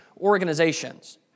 organizations